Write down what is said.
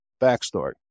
backstory